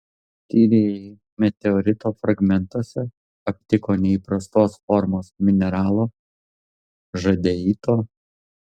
tyrėjai meteorito fragmentuose aptiko neįprastos formos mineralo žadeito